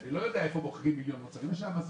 אני לא יודע איפה בדיוק מוכרים שם מוצרים.